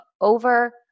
over